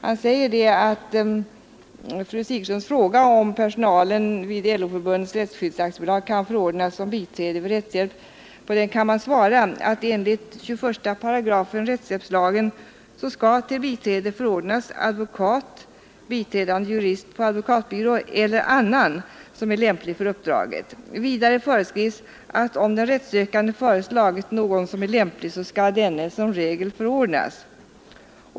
Han säger att man på fru Sigurdsens fråga om personalen vid LO-Förbundens Rättsskydd AB får förordnas som biträde vid rättshjälp kan svara att enligt 21 § rättshjälpslagen till biträde skall förordnas advokat, biträdande jurist på advokatbyrå eller annan, som är lämplig för uppdraget. Vidare föreskrivs att om den rättshjälpssökande föreslagit någon som är lämplig skall denne som regel förordnas.